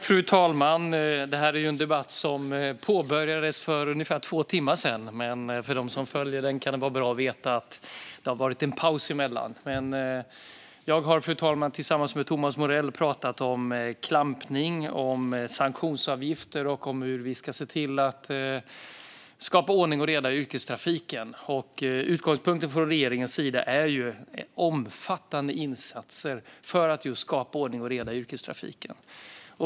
Fru talman! Detta är en debatt som påbörjades för ungefär två timmar sedan. För dem som följer den kan det vara bra att veta att det har varit en paus emellan. Jag har, fru talman, tillsammans med Thomas Morell pratat om klampning, om sanktionsavgifter och om hur vi ska se till att skapa ordning och reda i yrkestrafiken. Utgångspunkten från regeringens sida är omfattande insatser för att just skapa ordning och reda i yrkestrafiken.